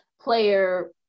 player